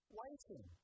waiting